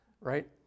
right